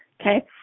Okay